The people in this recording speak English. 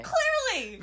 Clearly